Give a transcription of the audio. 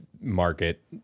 market